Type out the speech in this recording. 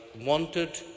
wanted